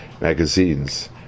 magazines